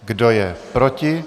Kdo je proti?